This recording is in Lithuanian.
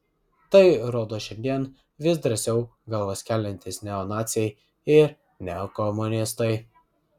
tai rodo šiandien vis drąsiau galvas keliantys neonaciai ir neokomunistai